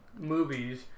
movies